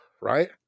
right